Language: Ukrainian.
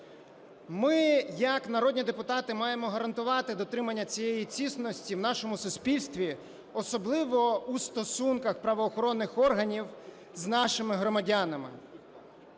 Ми як народні депутати маємо гарантувати дотримання цієї цінності в нашому суспільстві, особливо у стосунках правоохоронних органів з нашими громадянами.